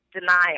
denial